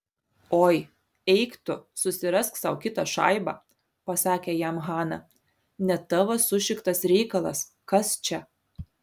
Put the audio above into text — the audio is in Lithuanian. oi eik tu susirask sau kitą šaibą pasakė jam hana ne tavo sušiktas reikalas kas čia